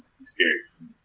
experience